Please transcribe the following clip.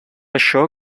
això